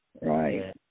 right